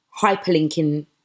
hyperlinking